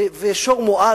ושור מועד,